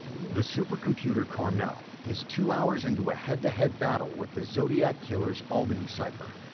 the supercomputer carmel is two hours into a head-to-head battle with the zodiac killer's albany cipher,